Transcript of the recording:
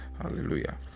Hallelujah